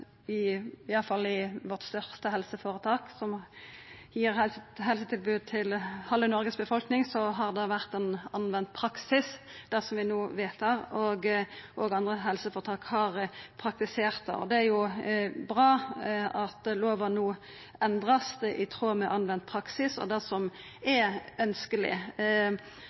at iallfall i vårt største helseføretak, som gir helsetilbod til halve Noregs befolkning, har det vore praksis det som vi no vedtar, og andre helseføretak har praktisert det. Det er bra at lova no vert endra i tråd med praksis og det som er